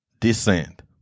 descend